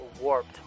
warped